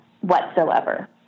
whatsoever